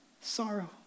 Sorrow